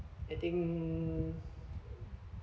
I think